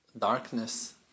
darkness